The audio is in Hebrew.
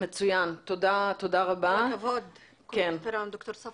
כל הכבוד, ד"ר ספואת.